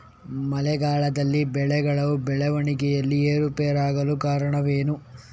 ಮಳೆಗಾಲದಲ್ಲಿ ಬೆಳೆಗಳ ಬೆಳವಣಿಗೆಯಲ್ಲಿ ಏರುಪೇರಾಗಲು ಕಾರಣವೇನು?